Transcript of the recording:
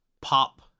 pop